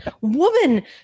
Woman